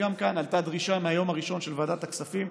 גם כאן עלתה מהיום הראשון דרישה של ועדת הכספים,